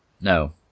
No